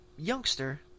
Youngster